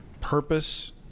purpose